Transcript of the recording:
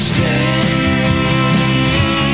Stay